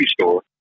store